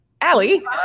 Allie